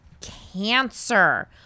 cancer